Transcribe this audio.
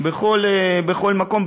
בכל מקום,